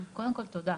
קודם כל תודה.